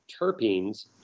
terpenes